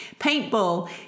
paintball